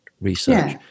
research